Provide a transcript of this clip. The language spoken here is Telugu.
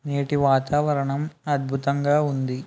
నేటి వాతావరణం అద్భుతంగా ఉంది